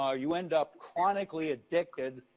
ah you end up chronically addicted,